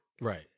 Right